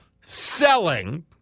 selling